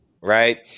right